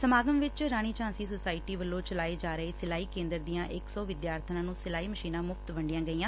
ਸਮਾਗਮ ਵਿਚ ਰਾਣੀ ਝਾਂਸੀ ਸੋਸਾਇਟੀ ਵੱਲੋਂ ਚਲਾਏ ਜਾ ਰਹੇ ਸਿਲਾਈ ਕੇਂਦਰ ਦੀਆਂ ਇਕ ਸੌ ਵਿਦਿਆਰਬਣਾਂ ਨੂੰ ਸਿਲਾਈ ਮਸ਼ੀਨਾਂ ਮੁਫ਼ਤ ਵੰਡੀਆਂ ਗਈਆਂ